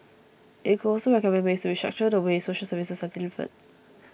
it could also recommend ways to restructure the way social services are delivered